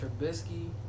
Trubisky